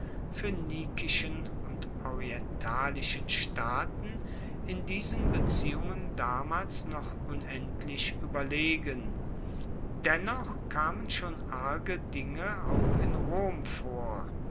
phoenikischen und orientalischen staaten in diesen beziehungen damals noch unendlich ueberlegen dennoch kamen schon arge dinge auch in rom vor